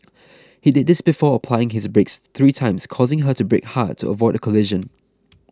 he did this before applying his brakes three times causing her to brake hard to avoid a collision